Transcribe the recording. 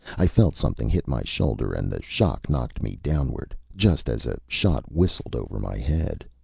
i felt something hit my shoulder, and the shock knocked me downward, just as a shot whistled over my head.